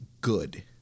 good